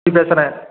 பேசுகிறேன்